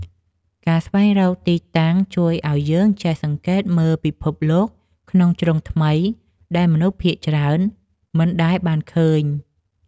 ការស្វែងរកទីតាំងជួយឱ្យយើងចេះសង្កេតមើលពិភពលោកក្នុងជ្រុងថ្មី ដែលមនុស្សភាគច្រើនមិនដែលបានឃើញ។